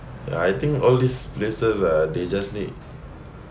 ya I think all these places ah they just need